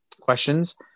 questions